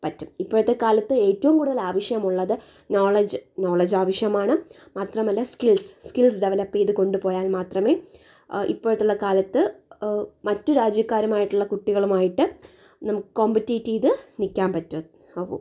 ഇപ്പോഴത്തെ കാലത്ത് ഏറ്റവും കൂടുതൽ ആവശ്യം ഉള്ളത് നോളജ് നോളജ് ആവശ്യമാണ് മാത്രമല്ല സ്കിൽസ് സ്കിൽസ് ഡെവലപ്പ് ചെയ്തു കൊണ്ടുപോയാൽ മാത്രമേ ഇപ്പോഴത്തുള്ള കാലത്ത് മറ്റു രാജ്യക്കാരുമായിട്ടുള്ള കുട്ടികളുമായിട്ട് നമുക്ക് കൊമ്പറ്റീറ്റ് ചെയ്ത് നിക്കാന് പറ്റൂ ആവൂ